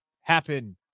happen